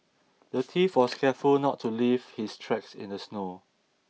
the thief was careful not to leave his tracks in the snow